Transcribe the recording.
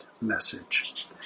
message